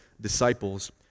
disciples